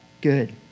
good